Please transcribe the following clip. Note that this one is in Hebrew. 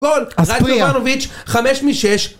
גול! רק נוברנוביץ', חמש משש